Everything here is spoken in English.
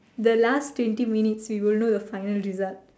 the last twenty minutes we will know the final results